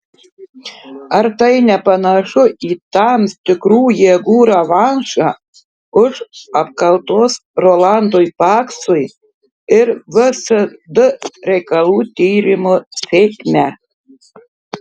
ar tai nepanašu į tam tikrų jėgų revanšą už apkaltos rolandui paksui ir vsd reikalų tyrimo sėkmę